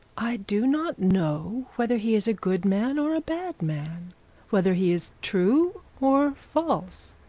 i do not know whether he is a good man or a bad man whether he is true or false